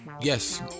Yes